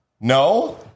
No